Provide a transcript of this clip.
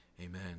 Amen